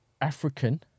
African